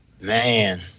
man